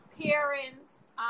parents